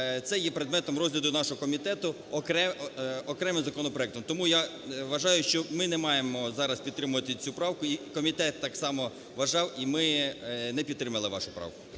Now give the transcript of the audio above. це є предметом розгляду нашого комітету окремим законопроектом. Тому, я вважаю, що ми не маємо зараз підтримувати цю правку. І комітет так само вважав, і ми не підтримали вашу правку.